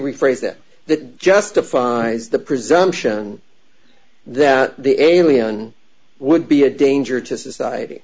rephrase that that justifies the presumption that the alien would be a danger to society